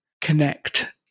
connect